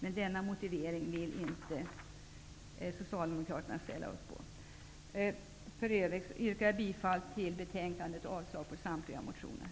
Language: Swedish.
Men detta vill inte Socialdemokraterna ställa upp på. I övrigt yrkar jag bifall till utskottets hemställan och avslag på samtliga reservationer.